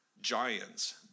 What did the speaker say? giants